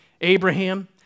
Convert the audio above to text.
Abraham